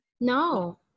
No